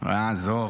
עזוב.